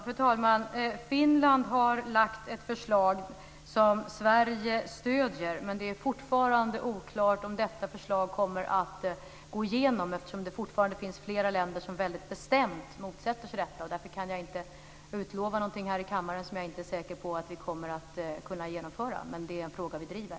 Fru talman! Finland har lagt fram ett förslag som Sverige stöder, men det är fortfarande oklart om detta förslag kommer att gå igenom, eftersom det fortfarande finns flera länder som väldigt bestämt motsätter sig detta. Jag kan inte utlova någonting här i kammaren som jag inte är säker på att vi kommer att kunna genomföra. Men det är en fråga som vi driver.